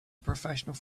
professional